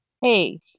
Hey